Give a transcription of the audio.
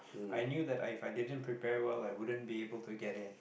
I knew that I If i didn't prepare well I wouldn't be able to get it